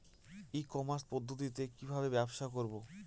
ই commerce পদ্ধতিতে কি ভাবে ব্যবসা করব?